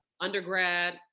undergrad